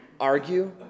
argue